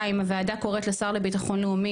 הוועדה קוראת לשר לביטחון לאומי,